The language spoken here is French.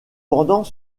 pendant